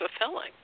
fulfilling